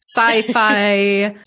sci-fi